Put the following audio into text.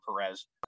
Perez